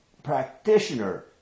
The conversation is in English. practitioner